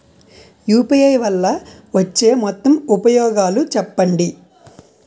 UPI వల్ల వచ్చే మొత్తం ఉపయోగాలు చెప్పండి?